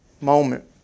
moment